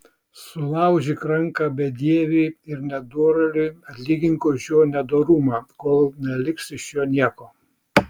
sulaužyk ranką bedieviui ir nedorėliui atlygink už jo nedorumą kol neliks iš jo nieko